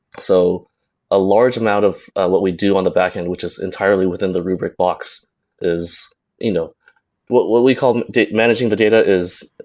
so a large amount of what we do on the backend, which is entirely within the rubrik box is you know what what we call managing the data is,